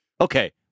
Okay